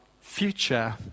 future